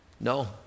No